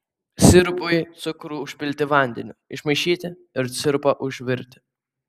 sirupui cukrų užpilti vandeniu išmaišyti ir sirupą užvirti